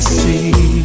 see